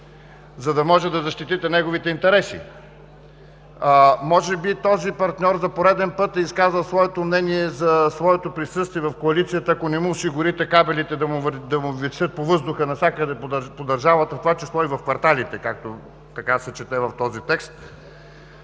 за да може да защитите неговите интереси. Може би този партньор за пореден път е изказал своето мнение за своето присъствие в коалицията, ако не му осигурите кабелите да му висят по въздуха навсякъде по държавата, в това число и в кварталите, както се чете в този текст.